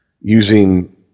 using